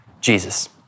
Jesus